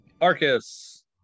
Arcus